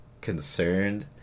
concerned